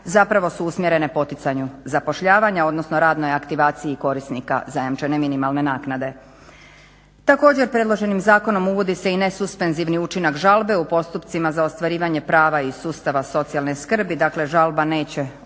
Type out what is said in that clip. zapravo su usmjerene poticanju zapošljavanja odnosno radnoj aktivaciji korisnika zajamčene minimalne naknade. Također predloženim zakonom uvodi se i nesuspenzivni učinak žalbe u postupcima za ostvarivanje prava iz sustava socijalne skrbi, dakle žalba neće